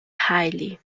hayley